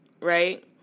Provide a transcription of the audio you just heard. right